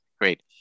Great